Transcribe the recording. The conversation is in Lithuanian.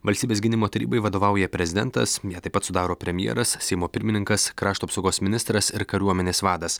valstybės gynimo tarybai vadovauja prezidentas taip pat sudaro premjeras seimo pirmininkas krašto apsaugos ministras ir kariuomenės vadas